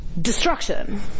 destruction